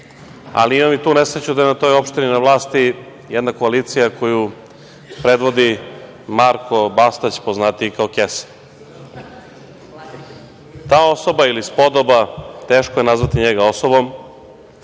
Ali, imam i tu nesreću da je u toj opštini na vlasti jedna koalicija koju predvodi Marko Bastać, poznatiji kao „kesa“.Ta osoba ili spodoba, teško je nazvati njega osobom,